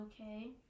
okay